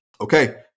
Okay